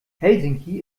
helsinki